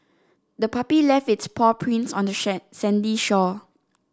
the puppy left its paw prints on the sandy shore